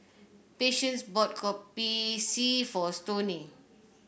Patience bought Kopi C for Stoney